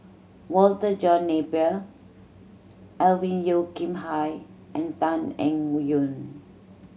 Walter John Napier Alvin Yeo Khirn Hai and Tan Eng Yoon